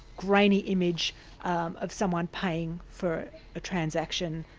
grainy image um of someone paying for a transaction,